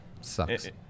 Sucks